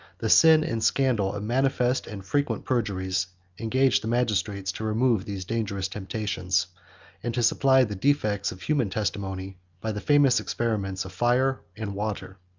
the sin and scandal of manifest and frequent perjuries engaged the magistrates to remove these dangerous temptations and to supply the defects of human testimony by the famous experiments of fire and water.